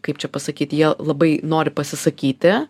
kaip čia pasakyt jie labai nori pasisakyti